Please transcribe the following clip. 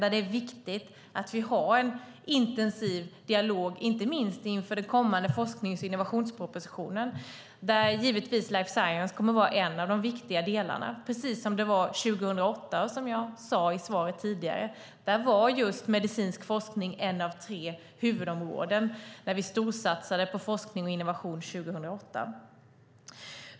Där är det viktigt att vi har en intensiv dialog, inte minst inför den kommande forsknings och innovationspropositionen, där givetvis life science kommer att vara en av de viktiga delarna, precis som det var 2008, som jag sade i svaret tidigare. Just medicinsk forskning var ett av tre huvudområden när vi storsatsade på forskning och innovation 2008.